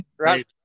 right